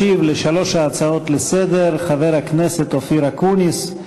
ישיב על שלוש ההצעות לסדר-היום חבר הכנסת אופיר אקוניס,